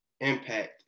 impact